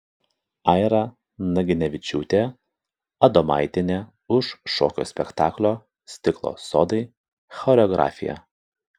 aira naginevičiūtė adomaitienė už šokio spektaklio stiklo sodai choreografiją